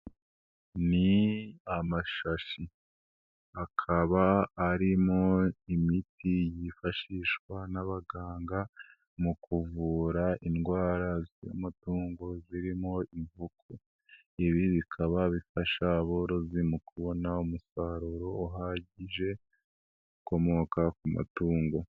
Ni amashashi, akaba arimo imiti yifashishwa n'abaganga mu kuvura indwara z'amutungo zirimo inkoko. Ibi bikaba bifasha aborozi mu kubona umusaruro uhagije ukomoka ku matungo.